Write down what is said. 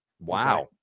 Wow